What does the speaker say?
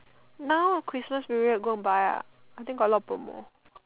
now Christmas period go and buy ah I think got a lot of promo